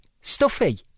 Stuffy